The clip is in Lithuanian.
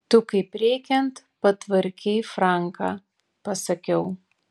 tu kaip reikiant patvarkei franką pasakiau